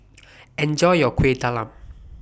Enjoy your Kueh Talam